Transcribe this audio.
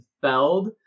Feld